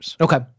Okay